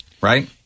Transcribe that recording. Right